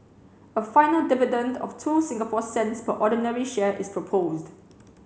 a final dividend of two Singapore cents per ordinary share is proposed